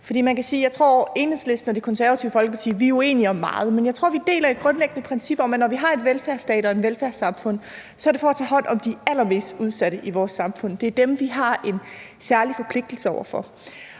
vores samfund. Jeg tror, at Enhedslisten og Det Konservative Folkeparti er uenige om meget, men jeg tror, vi deler et grundlæggende princip om, at når vi har en velfærdsstat og et velfærdssamfund, er det for at tage hånd om de allermest udsatte i vores samfund. Det er dem, vi har en særlig forpligtelse over for.